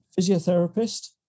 physiotherapist